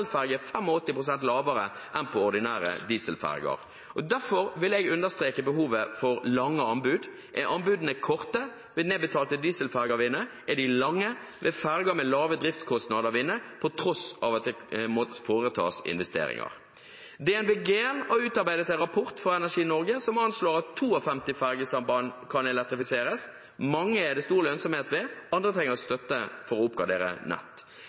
lavere enn for ordinære dieselferger. Derfor vil jeg understreke behovet for lange anbud. Er anbudene korte, vil nedbetalte dieselferger vinne. Er de lange, vil ferger med lave driftskostnader vinne, på tross av at det må foretas investeringer. DNV GL har utarbeidet en rapport for Energi Norge som anslår at 52 fergesamband kan elektrifiseres. Mange er det stor lønnsomhet ved, andre trenger støtte for å oppgradere nett.